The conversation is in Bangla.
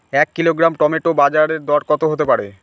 এক কিলোগ্রাম টমেটো বাজের দরকত হতে পারে?